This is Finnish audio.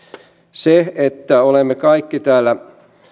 se että olemme kaikki täällä